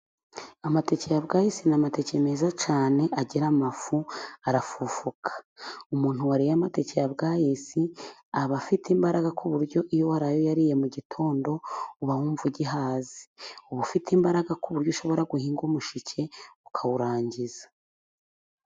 Amateke ya bwayisi ni amateke meza cyane, agira amafufu, arafufuka, umuntu wariye amateke ya bwayisi aba afite imbaraga ku buryo iyo waraye uyariye, mu gitondo uba wumva ugihaze, uba ufite imbaraga ku buryo ushobora guhinga umushike ukawurangiza.